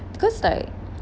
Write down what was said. because like